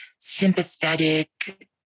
sympathetic